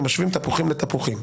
ומשווים תפוחים לתפוחים.